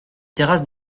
terrasses